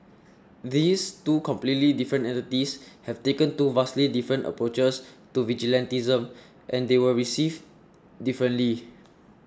these two completely different entities have taken two vastly different approaches to vigilantism and they were received differently